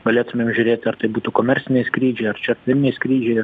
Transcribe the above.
galėtumėm žiūrėt ar tai būtų komerciniai skrydžiai ar čarteriniai skrydžiai